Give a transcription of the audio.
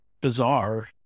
bizarre